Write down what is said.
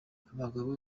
abagabo